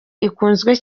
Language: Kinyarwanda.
ikunzwe